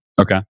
Okay